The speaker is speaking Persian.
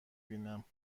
بینم